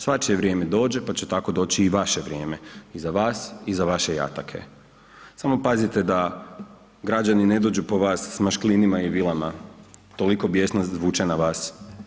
Svačije vrijeme dođe, pa će tako doći i vaše vrijeme i za vas i za vaše jatake, samo pazite da građanine dođu po vas s mašklinima i vilama, toliko bijesno zvuče na vas.